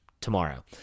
tomorrow